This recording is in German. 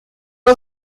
was